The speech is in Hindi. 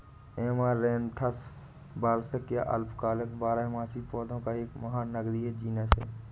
ऐमारैंथस वार्षिक या अल्पकालिक बारहमासी पौधों का एक महानगरीय जीनस है